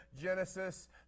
Genesis